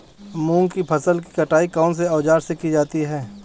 मूंग की फसल की कटाई कौनसे औज़ार से की जाती है?